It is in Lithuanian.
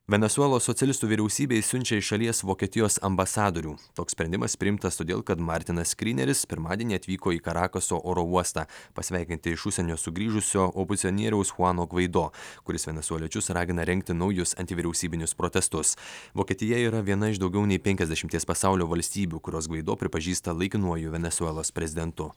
venesuelos socialistų vyriausybė išsiunčia iš šalies vokietijos ambasadorių toks sprendimas priimtas todėl kad martinas skryneris pirmadienį atvyko į karakaso oro uostą pasveikinti iš užsienio sugrįžusio opozicionieriaus chuano gvaido kuris venesueliečius ragina rengti naujus antivyriausybinius protestus vokietija yra viena iš daugiau nei penkiasdešimties pasaulio valstybių kurios gvaido pripažįsta laikinuoju venesuelos prezidentu